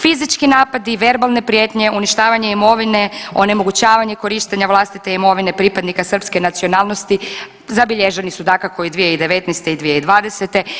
Fizički napadi, verbalne prijetnje, uništavanje imovine, onemogućavanje korištenja vlastite imovine pripadnika srpske nacionalnosti zabilježeni su dakako i 2019. i 2020.